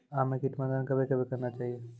आम मे कीट प्रबंधन कबे कबे करना चाहिए?